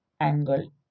angle